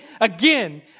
again